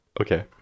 Okay